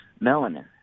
melanin